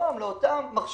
ולגרום לכך שאותם מכשירים,